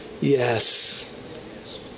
Yes